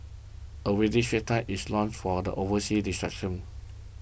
a weekly Straits Times is launched for the overseas distraction